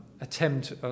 attempt